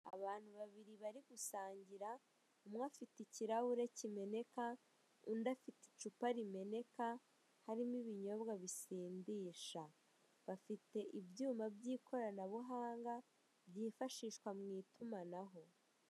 Abantu babiri bari gusangira, umwe afite ikirahure kimeneka, undi afite icupa rimeneka, harimo ibinyobwa bisindisha. Bafite ibyuma by'ikoranabuhanga, byifashishwa mu itumanaho.